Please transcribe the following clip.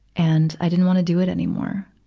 and i didn't want to do it anymore.